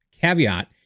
caveat